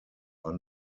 are